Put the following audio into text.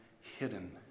hidden